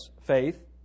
Faith